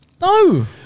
No